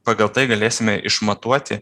pagal tai galėsime išmatuoti